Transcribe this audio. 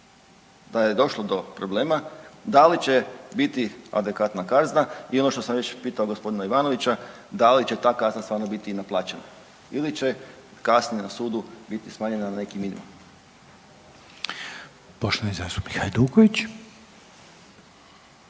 da je došlo do problema da li će biti adekvatna kazna i ono što sam već pitao gospodina Ivanovića da li će ta kazna stvarno biti i naplaćena ili će kasnije na sudu biti smanjena na neki minumum. **Reiner, Željko